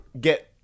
get